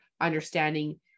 understanding